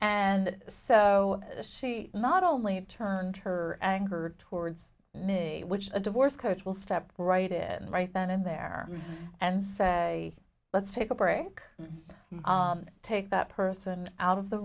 and so she not only turned her anger towards me which a divorce coach will step right in right then and there and say let's take a break take that person out of the